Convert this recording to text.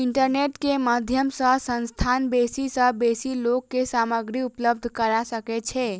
internet के माध्यम सॅ संस्थान बेसी सॅ बेसी लोक के सामग्री उपलब्ध करा सकै छै